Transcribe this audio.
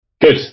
Good